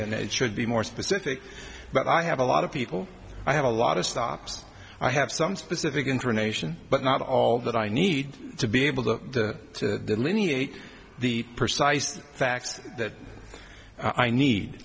and it should be more specific but i have a lot of people i have a lot of stops i have some specific information but not all that i need to be able to to linear the precise facts that i need